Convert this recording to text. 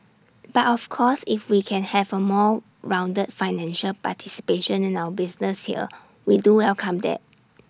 but of course if we can have A more rounded financial participation in our business here we do welcome that